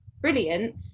brilliant